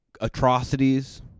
atrocities